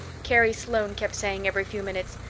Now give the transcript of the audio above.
carrie sloane kept saying every few minutes,